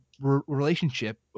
relationship